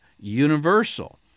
universal